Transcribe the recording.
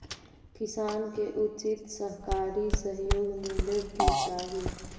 किसान के उचित सहकारी सहयोग मिले के चाहि